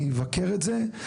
אני אבקר את זה.